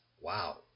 Wow